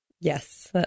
yes